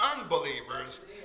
unbelievers